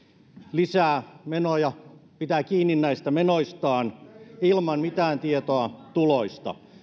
lisää menoja pitää kiinni näistä menoistaan ilman mitään tietoa tuloista